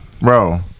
Bro